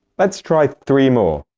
let's try three more